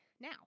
Now